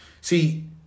See